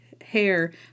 Hair